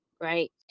right